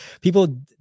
people